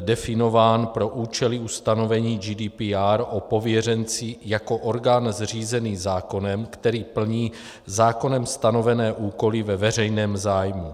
definován pro účely ustanovení GDPR o pověřenci jako orgán zřízený zákonem, který plní zákonem stanovené úkoly ve veřejném zájmu.